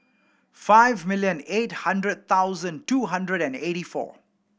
five million eight hundred thousand two hundred and eighty four